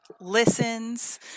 listens